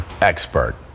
expert